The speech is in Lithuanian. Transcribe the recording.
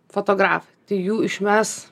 fotografą tai jų išmes